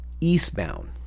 eastbound